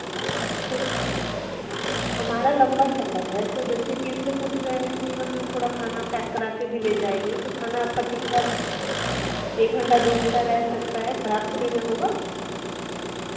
हमारा लम्बा सफ़र है तो जैसे की इसलिए पूछ रहे हैं कि हम थोड़ा खाना पैक कराके भी ले जाएँगे तो खाना आपका ठीक ठाक एक घंटा दो घंटा रह सकता है खराब तो नहीं ना होगा